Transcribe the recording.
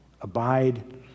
abide